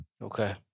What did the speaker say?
Okay